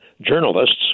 journalists